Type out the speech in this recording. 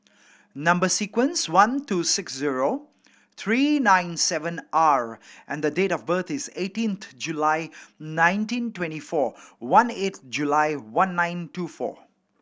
number sequence one two six zero three nine seven R and the date of birth is eighteenth July nineteen twenty four one eight July one nine two four